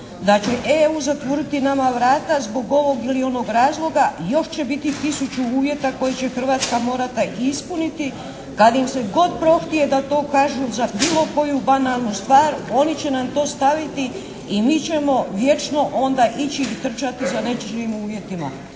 da će EU zatvoriti nama vrata zbog ovog ili onog razloga još će biti tisuću uvjeta koje će Hrvatska morati ispuniti kad im se god prohtije da to kažu za bilo koju banalnu stvar, oni će nam to staviti i mi ćemo vječno onda ići i trčati za nečijim uvjetima."